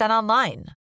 online